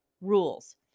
rules